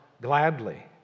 gladly